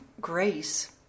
grace